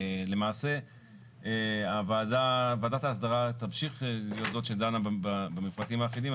למעשה ועדת ההסדרה תמשיך להיות זו שדנה במפרטים האחידים,